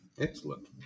excellent